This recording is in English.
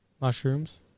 mushrooms